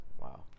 Wow